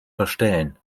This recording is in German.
verstellen